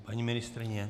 Paní ministryně?